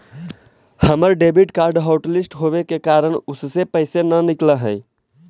हमर debit card hotlist होवे के कारण उससे पैसे न निकलई हे